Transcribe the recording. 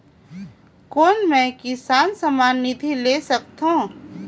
कौन मै किसान सम्मान निधि ले सकथौं?